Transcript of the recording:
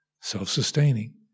self-sustaining